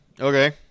Okay